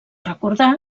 recordar